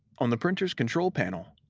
on the printer's control panel,